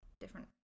different